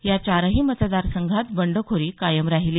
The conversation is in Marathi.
या चारही मतदार संघात बंडखोरी कायम राहिली